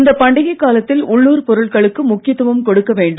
இந்த பண்டிகை காலத்தில் உள்ளூர் பொருட்களுக்கு முக்கியத்துவம் கொடுக்க வேண்டும்